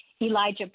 Elijah